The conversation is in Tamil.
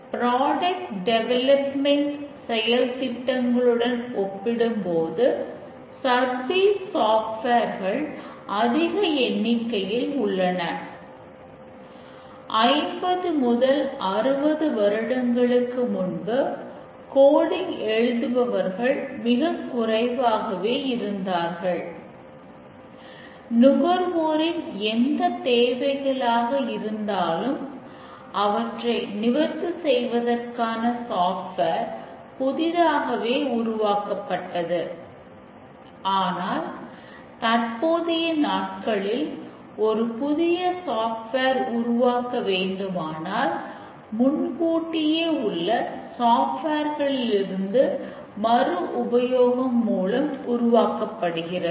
புரோடெக்ட் டெவலப்மெண்ட்களில் இருந்து மறுஉபயோகம் மூலம் உருவாக்கப்படுகிறது